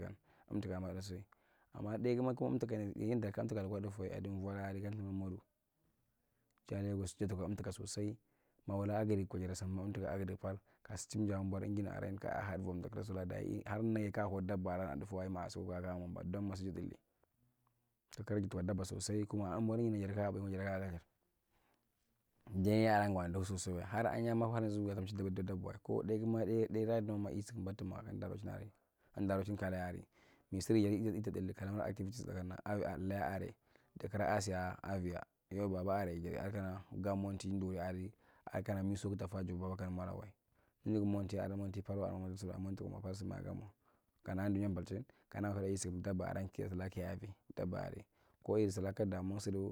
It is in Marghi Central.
Emtukwa tandan see ana tdae kuma dufuwai vwada di kamdaanu kana modu jaa legos jatakwa emtsuka sosai mawula agrikkwa jadasikim agric paal ka sishimda’abor enjin aray kaa had wwom takura sulaa dayi har minigi ka how dabba ava akwa dufawae masukwa kaamwa a dor masukwa yidilli takira yi tikwa dabba sosai kuma abor enjinan jartaa bun injina na kadar dayi yaada gwan lthu sosai wae har ahenyae mafazu wachi da dabbawae ko deguma ne negan isukumba tuma kanda rochinalae inda rochin ka laya araye misidi jegi ita dulli ka lamar activities na avi a kya aray takura a siyaa avia yo baba aray jarye adi kana gamoti duri adi adikan miso kugta fata juba kana kandu mwa’lak wae ninigi monti adi monti palwa adi monti tsudwae monti kuma palth su maakir mwa kanaan dunya palthim kana kuda kisukum dabba arra kiavi, dabba aray ko iri sulaa ka damuwa sudu.